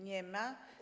Nie ma.